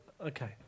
okay